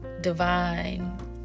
divine